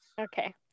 Okay